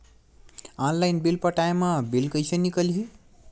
Online bill पटाय मा bill कइसे निकलही?